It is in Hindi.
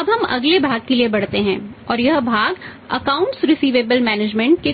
अब हम अगले भाग के लिए आगे बढ़ते हैं और यह भाग अकाउंट्स रिसिवेबलस मैनेजमेंट